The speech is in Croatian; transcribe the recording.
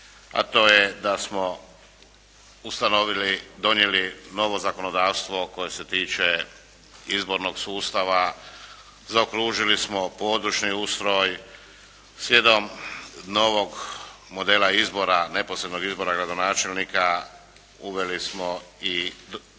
a to je da smo ustanovili, donijeli novo zakonodavstvo koje se tiče izbornog sustava, zaokružili smo područni ustroj, slijedom novog modela izbora, neposrednog izbora gradonačelnika uveli smo i modele